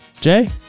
Jay